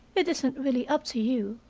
it isn't really up to you,